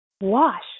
wash